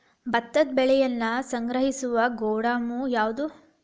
ಭತ್ತದ ಬೆಳೆಯನ್ನು ಸಂಗ್ರಹಿಸುವ ಗೋದಾಮು ಯಾವದು?